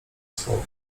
słowo